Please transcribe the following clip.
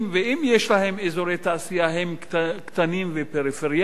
ואם יש להם אזורי תעשייה הם קטנים ופריפריאליים,